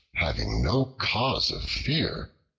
having no cause of fear,